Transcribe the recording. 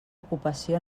ocupació